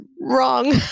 wrong